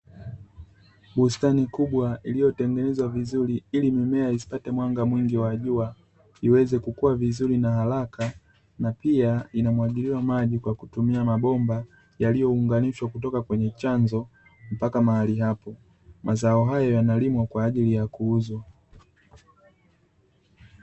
Bustani kubwa iliyo tengenezwa vizuri ili mimea isipate mwanga mwingi wa jua iweze kukua vizuri na haraka, na pia humwagiliwa maji kwa kutumia mabomba yaliyo unganishwa kutoka kwenye chanzo mpaka mahali hapo, mazao haya yanalimwa kwaajili ya kuuzwa.